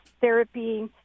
therapy